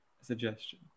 suggestion